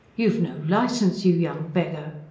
you've no licence, you young beggar!